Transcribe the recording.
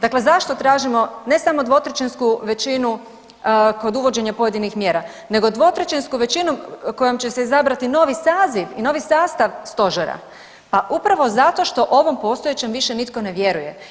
Dakle, zašto tražimo ne samo dvotrećinsku većinu kod uvođenja pojedinih mjera nego dvotrećinsku većinu kojom će se izabrati novi saziv i novi sastav stožera, pa upravo zato što ovom postojećem više nitko ne vjeruje.